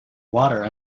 water